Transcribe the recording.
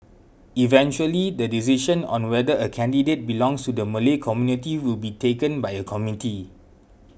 eventually the decision on whether a candidate belongs to the Malay community will be taken by a committee